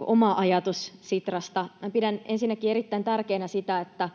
oma ajatus Sitrasta. Pidän ensinnäkin erittäin tärkeänä sitä, että